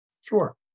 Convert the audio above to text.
Sure